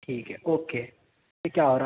ٹھیک ہے اوکے ٹھیک ہے